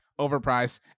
overpriced